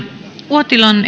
uotilan